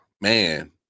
man